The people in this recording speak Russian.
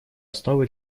основы